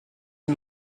est